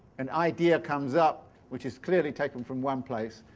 an idea comes up, which is clearly taken from one place,